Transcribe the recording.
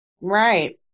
Right